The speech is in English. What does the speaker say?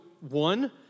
one